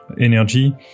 energy